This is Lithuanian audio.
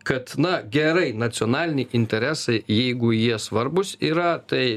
kad na gerai nacionaliniai interesai jeigu jie svarbūs yra tai